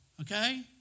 Okay